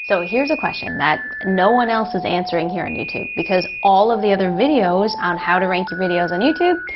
so here's a question that no one else is answering here on youtube, because all of the other videos on how to rank your videos on youtube,